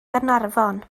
gaernarfon